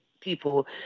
people